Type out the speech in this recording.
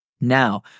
Now